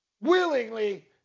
willingly